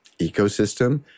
ecosystem